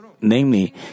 Namely